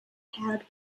held